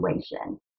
situation